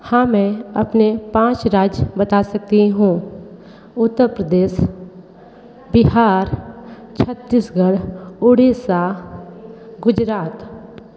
हाँ मैं अपने पाँच राज्य बता सकती हूँ उत्तर प्रदेश बिहार छत्तीसगढ़ उड़ीसा गुजरात